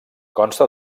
consta